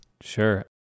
Sure